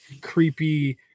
creepy